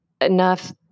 enough